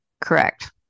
Correct